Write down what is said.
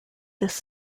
this